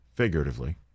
figuratively